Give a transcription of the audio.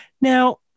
Now